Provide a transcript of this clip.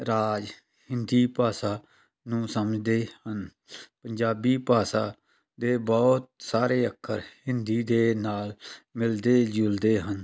ਰਾਜ ਹਿੰਦੀ ਭਾਸ਼ਾ ਨੂੰ ਸਮਝਦੇ ਹਨ ਪੰਜਾਬੀ ਭਾਸ਼ਾ ਦੇ ਬਹੁਤ ਸਾਰੇ ਅੱਖਰ ਹਿੰਦੀ ਦੇ ਨਾਲ ਮਿਲਦੇ ਜੁਲਦੇ ਹਨ